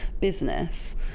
business